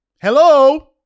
Hello